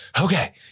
okay